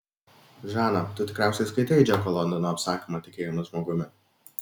žana tu tikriausiai skaitei džeko londono apsakymą tikėjimas žmogumi